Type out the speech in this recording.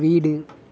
வீடு